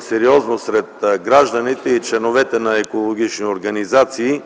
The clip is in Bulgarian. сред гражданите и членовете на екологични организации.